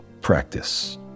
practice